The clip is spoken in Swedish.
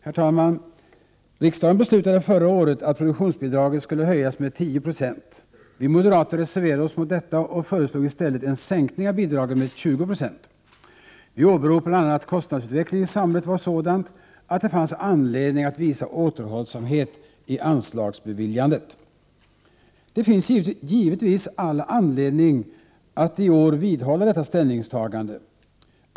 Herr talman! Riksdagen beslutade förra året att produktionsbidraget skulle höjas med 10 96. Vi moderater reserverade oss mot detta och föreslog i stället en sänkning av bidraget med 20 26. Vi åberopade bl.a. att kostnadsutvecklingen i samhället var sådan att det fanns anledning att visa återhållsamhet i anslagsbeviljandet. Det finns givetvis all anledning att i år vidhålla detta ställningstagande.